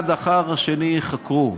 אחד אחר השני ייחקרו.